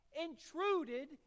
intruded